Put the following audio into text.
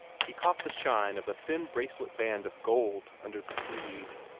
he caught the shine of a thin bracelet-band of gold under the sleeve.